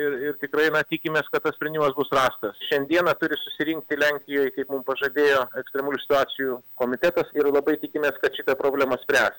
ir ir tikrai na tikimės kad tas sprendimas bus rastas šiandieną turi susirinkti lenkijoj kaip mum pažadėjo ekstremalių situacijų komitetas ir labai tikimės kad šitą problemą spręs